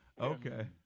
okay